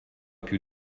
più